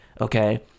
okay